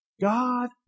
God